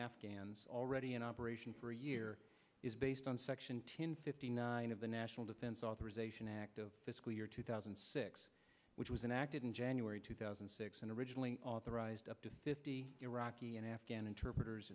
afghans already in operation for a year is based on section tin fifty nine of the national defense authorization act of fiscal year two thousand and six which was an accident january two thousand and six and originally authorized up to fifty iraqi and afghan interpreters